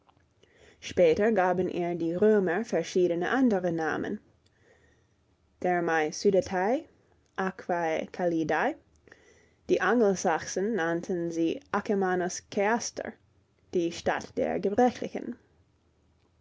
später gaben ihr die römer verschiedene andere namen thermae sudatae aquae calidae die angelsachsen nannten sie akemannus ceaster die stadt der gebrechlichen